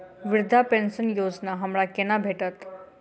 वृद्धा पेंशन योजना हमरा केना भेटत?